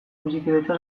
bizikidetza